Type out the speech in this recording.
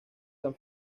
san